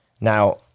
Now